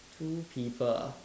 two people ah